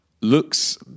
looks